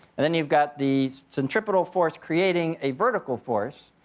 and then you've got the centripetal force creating a vertical force,